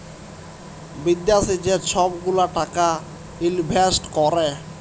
বিদ্যাশি যে ছব গুলা টাকা ইলভেস্ট ক্যরে